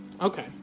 okay